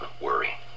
worry